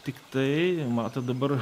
tik tai matot dabar